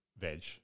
veg